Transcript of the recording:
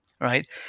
right